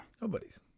Nobody's